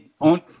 On